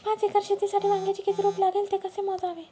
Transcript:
पाच एकर शेतीसाठी वांग्याचे किती रोप लागेल? ते कसे मोजावे?